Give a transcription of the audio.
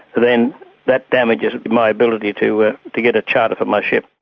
then that damages my ability to ah to get a charter for my ship.